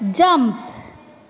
jump